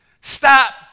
Stop